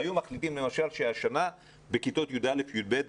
היו מחליטים שלמשל השנה בכיתות י"א ו-י"ב,